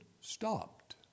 stopped